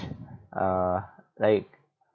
uh like